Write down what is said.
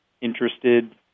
interested